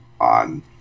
on